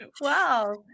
Wow